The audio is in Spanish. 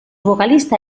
vocalista